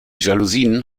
jalousien